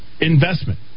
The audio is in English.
investment